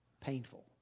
painful